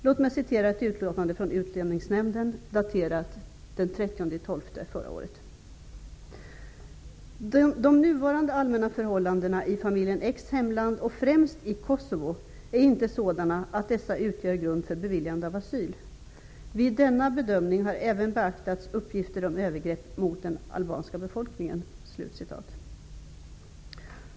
Jag vill citera ett utlåtande av Utlänningsnämnden, daterat den 30 december 1993: ''De nuvarande allmänna förhållandena i familjen X hemland och främst i Kosovo är inte sådana att dessa utgör grund för beviljande av asyl. Vid denna bedömning har även beaktats uppgifter om övergrepp mot den albanska befolkningen.''